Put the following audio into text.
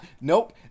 nope